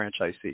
franchisee